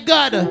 God